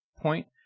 point